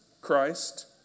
Christ